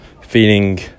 feeling